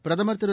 பிரதமர் திரு